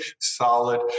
solid